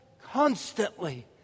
constantly